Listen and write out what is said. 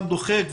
מאה אחוז.